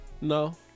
No